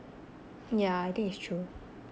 yeah I think it's true